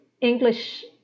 English